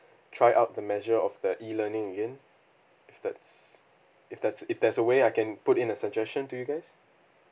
try out the measure of the e learning again if that's if that's if there's a way I can put in a suggestion to you guys